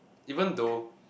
even though